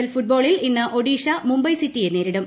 L ഫൂട്ബോളിൽ ഇന്ന് ഒഡീഷ മുംബൈ സിറ്റിയെ നേരിടും